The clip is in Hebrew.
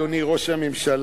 אדוני ראש הממשלה,